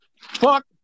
Fuck